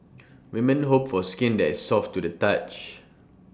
women hope for skin that is soft to the touch